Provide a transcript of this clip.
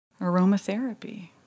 aromatherapy